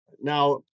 Now